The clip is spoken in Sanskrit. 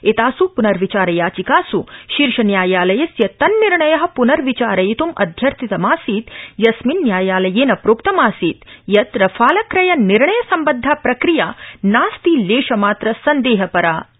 एतास् प्नर्विचार याचिकास् शीर्षन्यायालयस्य तन्निर्णय प्नर्विचारयित् अध्यर्थितमासीत् यस्मिन् न्यायालयेन प्रोक्तमासीत् यत् रफाल क्रय निर्णय सम्बद्धा प्रक्रिया नास्ति लेशमात्र सन्देह परा इति